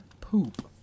poop